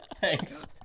Thanks